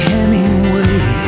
Hemingway